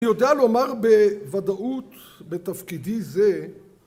אני יודע לומר בוודאות בתפקידי זה